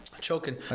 Choking